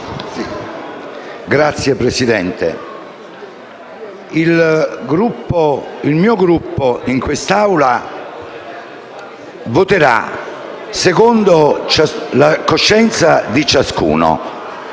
Signor Presidente, il mio Gruppo in quest'Aula voterà secondo la coscienza di ciascuno.